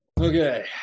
Okay